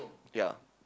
ya